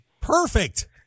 perfect